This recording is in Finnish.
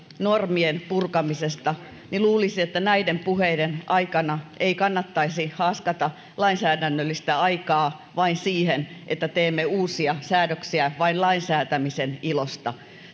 normien purkamisesta ja luulisi että näiden puheiden aikana ei kannattaisi haaskata lainsäädännöllistä aikaa siihen että teemme uusia säädöksiä vain lainsäätämisen ilosta